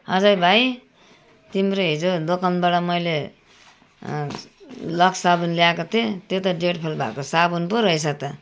अजय भाइ तिम्रो हिजो दोकानबाट मैले लक्स साबुन ल्याएको थिएँ त्यो त डेट फेल भएको साबुन पो रहेछ त